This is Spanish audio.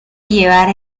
llevar